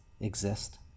exist